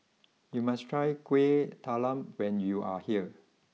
you must try Kueh Talam when you are here